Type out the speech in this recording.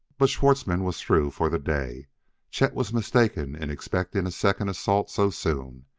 but schwartzmann was through for the day chet was mistaken in expecting a second assault so soon.